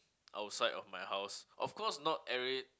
outside of my house of course not every